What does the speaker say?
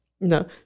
No